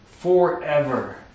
Forever